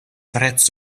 prezz